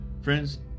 Friends